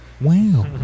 wow